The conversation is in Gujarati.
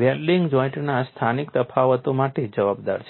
વેલ્ડિંગ જોઇન્ટના સ્થાનિક તફાવતો માટે જવાબદાર છે